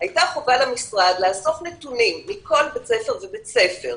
הייתה חובה על המשרד לאסוף נתונים מכל בית ספר ובית ספר,